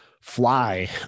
Fly